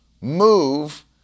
move